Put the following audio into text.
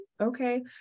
Okay